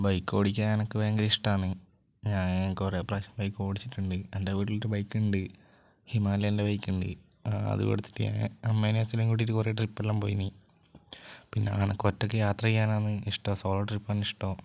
bike ഓടിക്കാൻ എനിക്ക് ഭയങ്കരമിഷ്ടമാണ് ഞാൻ കുറേ പ്രാവശ്യം ബൈക്കോടിച്ചിട്ടുണ്ട് എൻ്റെ വീട്ടിലൊരു ബൈക്കുണ്ട് ഹിമാലയേൻ്റെ ബൈക്കുണ്ട് അതുമെടുത്തിട്ട് ഞാൻ അമ്മയെയും അച്ഛനെയും കൂട്ടിയിട്ട് കുറേ ട്രിപ്പെല്ലാം പോയിട്ടുണ്ട് പിന്നെ എനിക്ക് ഒറ്റയ്ക്ക് യാത്ര ചെയ്യാനാണ് ഇഷ്ടം സോളോ ട്രിപ്പാണ് ഇഷ്ടം